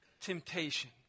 temptation